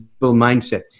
mindset